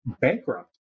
bankrupt